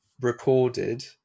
recorded